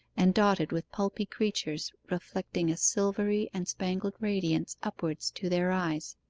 and dotted with pulpy creatures reflecting a silvery and spangled radiance upwards to their eyes.